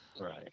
Right